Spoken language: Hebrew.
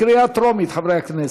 קריאה טרומית, חברי הכנסת.